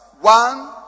one